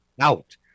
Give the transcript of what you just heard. out